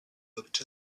looked